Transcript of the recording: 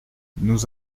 nous